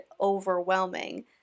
overwhelming